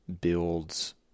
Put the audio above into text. builds